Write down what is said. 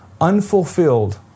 unfulfilled